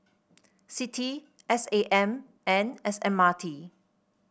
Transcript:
CITI S A M and S M R T